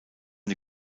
die